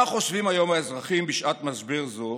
מה חושבים היום האזרחים בשעת משבר זו,